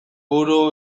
buru